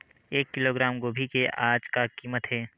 एक किलोग्राम गोभी के आज का कीमत हे?